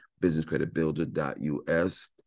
businesscreditbuilder.us